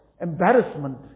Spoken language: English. embarrassment